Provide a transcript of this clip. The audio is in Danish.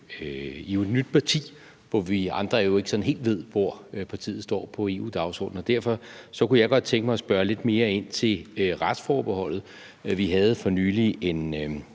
I er jo et nyt parti, som vi andre ikke sådan helt ved hvor står på EU-dagsordenen, og derfor kunne jeg godt tænke mig at spørge lidt mere ind til retsforbeholdet. Vi havde for nylig en